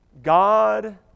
God